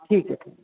ठीक ऐ जी